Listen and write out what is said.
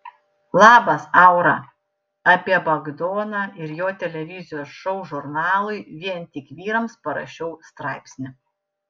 labas aura apie bagdoną ir jo televizijos šou žurnalui vien tik vyrams parašiau straipsnį